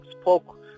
spoke